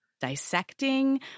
Dissecting